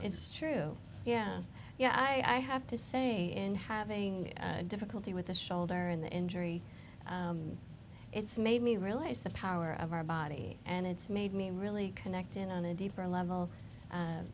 it's true yeah yeah i have to say in having difficulty with the shoulder in the injury it's made me realize the power of our body and it's made me really connect in on a deeper level